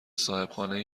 صبحانه